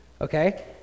Okay